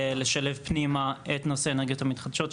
לשלב פנימה את נושא האנרגיות המתחדשות,